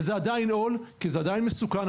וזה עדיין עול כי זה עדיין מסוכן.